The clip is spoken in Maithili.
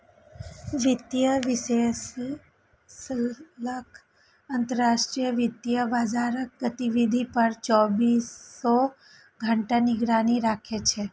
वित्तीय विश्लेषक अंतरराष्ट्रीय वित्तीय बाजारक गतिविधि पर चौबीसों घंटा निगरानी राखै छै